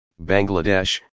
Bangladesh